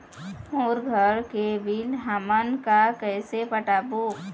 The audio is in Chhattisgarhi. मोर घर के बिल हमन का कइसे पटाबो?